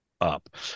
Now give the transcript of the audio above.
up